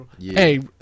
Hey